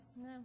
no